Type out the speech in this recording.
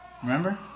Remember